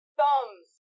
thumbs